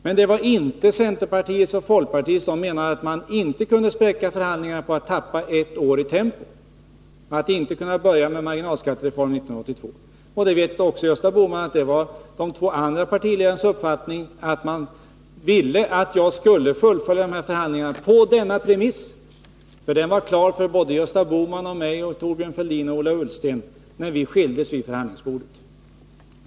Men det var inte centerpartiets och folkpartiets uppfattning. De menade att man 37 inte kunde spräcka förhandlingarna på att tappa ett år i tempo, på att inte kunna börja med marginalskattereformen 1982. Gösta Bohman vet också att de två andra partiledarna ville att jag skulle fullfölja förhandlingarna på denna premiss — den som var klar för både Gösta Bohman, Thorbjörn Fälldin, Ola Ullsten och mig när vi skildes åt vid förhandlingsbordet.